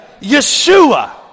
Yeshua